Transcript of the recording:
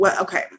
Okay